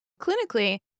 clinically